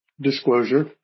disclosure